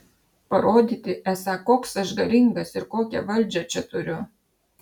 parodyti esą koks aš galingas ir kokią valdžią čia turiu